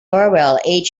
orwell